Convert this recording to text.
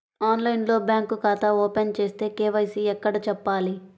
ఆన్లైన్లో బ్యాంకు ఖాతా ఓపెన్ చేస్తే, కే.వై.సి ఎక్కడ చెప్పాలి?